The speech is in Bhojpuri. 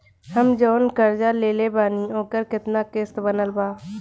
हम जऊन कर्जा लेले बानी ओकर केतना किश्त बनल बा?